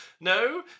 No